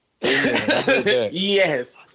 Yes